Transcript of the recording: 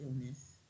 illness